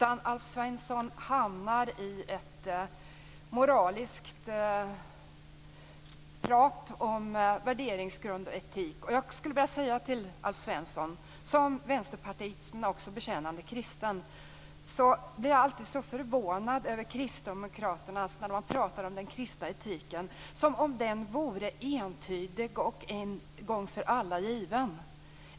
Alf Svensson hamnar i ett moraliskt prat om värderingsgrund och etik. Jag skulle vilja säga till Alf Svensson: Som vänsterpartist men också som bekännande kristen blir jag alltid så förvånad när kristdemokraterna pratar om den kristna etiken som om den vore entydig och en gång för alla given.